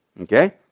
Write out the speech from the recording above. Okay